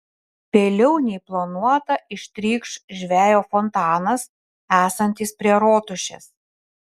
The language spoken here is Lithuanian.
vėliau nei planuota ištrykš žvejo fontanas esantis prie rotušės